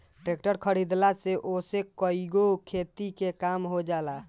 tractor खरीदला से ओसे कईगो खेती के काम हो जाला